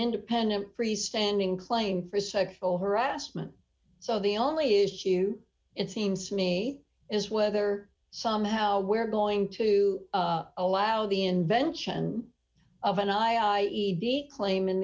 independent free standing claim for sexual harassment so the only issue it seems to me is whether somehow we're going to allow the invention of an i e d claim in